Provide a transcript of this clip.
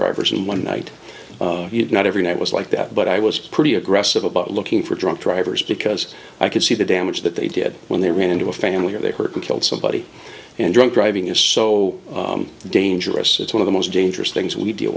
drivers and one night not every night was like that but i was pretty aggressive about looking for drunk drivers because i could see the damage that they did when they ran into a family or they hurt or killed somebody and drunk driving is so dangerous it's one of the most dangerous things we deal